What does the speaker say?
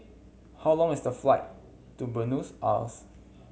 how long is the flight to Buenos Aires